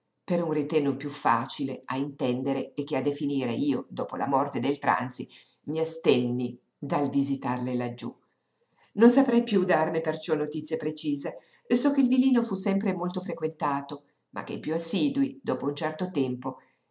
per un ritegno piú facile a intendere che a definire io dopo la morte del tranzi mi astenni dal visitarle laggiú non saprei piú darne perciò notizie precise so che il villino fu sempre molto frequentato ma che i piú assidui dopo un certo tempo